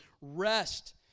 rest